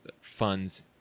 funds